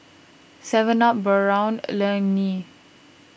Seven Up Braun